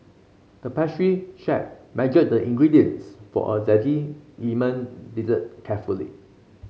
the pastry chef measured the ingredients for a zesty lemon dessert carefully